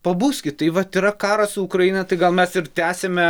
pabuskit tai vat yra karas su ukraina tai gal mes ir tęsime